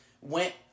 went